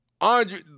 Andre